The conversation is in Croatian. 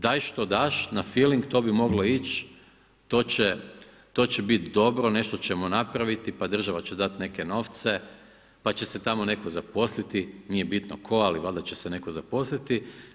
Daj što daš na filing to bi mogli ići, to će bit dobro, nešto ćemo napraviti, pa država će dati neke novce pa će se tamo netko zaposliti, nije bitno tko, ali valjda će se netko zaposliti.